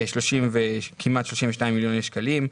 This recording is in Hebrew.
כמעט 32 מיליוני שקלים,